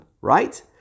right